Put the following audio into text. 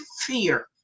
fear